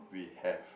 we have